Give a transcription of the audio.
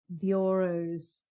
bureaus